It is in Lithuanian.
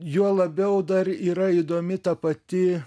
juo labiau dar yra įdomi ta pati